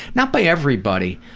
not by everybody,